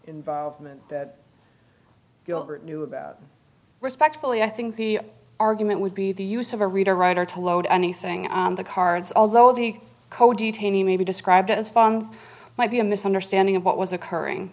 involvement that gilbert knew about respectfully i think the argument would be the use of a reader writer to load anything on the cards although the code detainee may be described as farms might be a misunderstanding of what was occurring